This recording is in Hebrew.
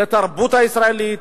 לתרבות הישראלית.